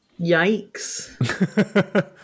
yikes